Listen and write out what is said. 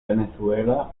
venezuela